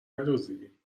ندزدیدیم